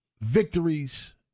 victories